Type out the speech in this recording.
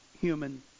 human